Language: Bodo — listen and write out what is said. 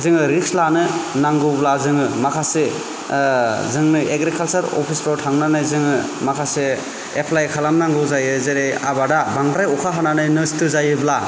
जोङो रिक्स लानो नांगौब्ला जोङो माखासे जोंनो एग्रिकालचार अफिसफोराव थांनानै जोङो माखासे एप्लाय खालामनांगौ जायो जेरै आबादा बांद्राय अखा हानानैनो नस्थ' जायोब्ला